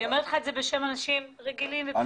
אני אומרת לך את זה בשם האנשים הרגילים והפשוטים,